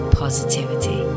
positivity